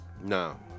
No